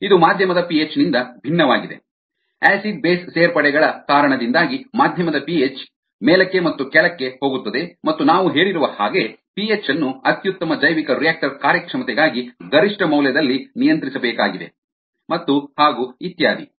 ಇದು ಮಾಧ್ಯಮದ ಪಿಎಚ್ ನಿಂದ ಭಿನ್ನವಾಗಿದೆ ಆಸಿಡ್ ಬೇಸ್ ಸೇರ್ಪಡೆಗಳ ಕಾರಣದಿಂದಾಗಿ ಮಾಧ್ಯಮದ ಪಿಹೆಚ್ ಮೇಲಕ್ಕೆ ಮತ್ತು ಕೆಳಕ್ಕೆ ಹೋಗುತ್ತದೆ ಮತ್ತು ನಾವು ಹೇಳಿರುವ ಹಾಗೆ ಪಿಹೆಚ್ ಅನ್ನು ಅತ್ಯುತ್ತಮ ಜೈವಿಕರಿಯಾಕ್ಟರ್ ಕಾರ್ಯಕ್ಷಮತೆಗಾಗಿ ಗರಿಷ್ಠ ಮೌಲ್ಯದಲ್ಲಿ ನಿಯಂತ್ರಿಸಬೇಕಾಗಿದೆ ಮತ್ತು ಹಾಗು ಇತ್ಯಾದಿ